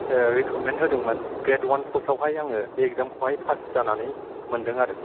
recruitment होदोंमोन grade one फस्तआवहाय आङो बे इगजामखौहाय फास जानानै मोनदों आरो